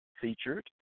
featured